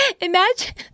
Imagine